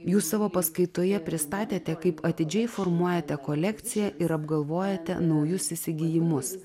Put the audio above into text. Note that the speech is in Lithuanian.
jūs savo paskaitoje pristatėte kaip atidžiai formuojate kolekciją ir apgalvojate naujus įsigijimus